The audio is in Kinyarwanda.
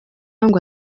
ngo